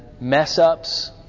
mess-ups